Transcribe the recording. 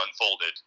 unfolded